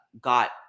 got